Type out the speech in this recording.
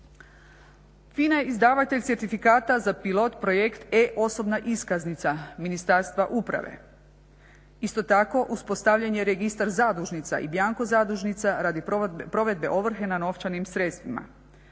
FINA je izdavatelj certifikata za pilot projekt e-osobna iskaznica Ministarstva uprave. Isto tako uspostavljen je Registar zadužnica i bianco zadužnica radi provedbe ovrhe na novčanim sredstvima.